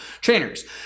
Trainers